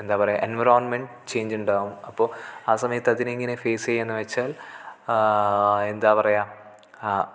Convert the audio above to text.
എന്താ പറയുക എൻവിറോണ്മെൻറ് ചേഞ്ചുണ്ടാകും അപ്പോൾ ആ സമയത്ത് അതിനെ എങ്ങനെ ഫേസ് ചെയ്യുക എന്നു വെച്ചാൽ എന്താ പറയുക ആ